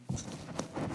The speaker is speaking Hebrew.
תודה רבה, גברתי היושבת-ראש.